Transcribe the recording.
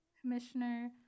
Commissioner